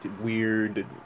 weird